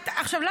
אני